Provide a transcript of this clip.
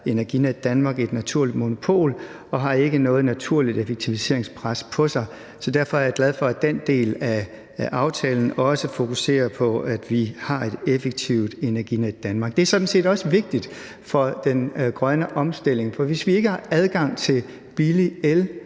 Energinet et naturligt monopol og har ikke noget naturligt effektiviseringspres på sig, så derfor er jeg glad for, at den del af aftalen også fokuserer på, at vi har et effektivt Energinet. Det er sådan set også vigtigt for den grønne omstilling, for hvis vi ikke har adgang til billig el